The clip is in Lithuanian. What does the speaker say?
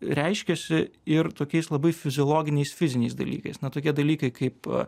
reiškiasi ir tokiais labai fiziologiniais fiziniais dalykais na tokie dalykai kaip